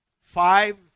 five